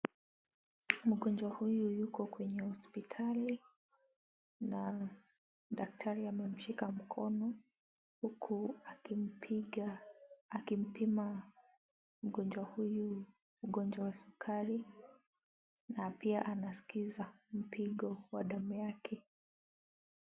Mgonjwa huyu yuko kwenye hospitali, na daktari amemshika mkono huku akimpiga akimpima mgonjwa huyu ugonjwa wa sukari, na pia anaskiza mpigo wa damu yake.